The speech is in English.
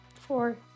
Four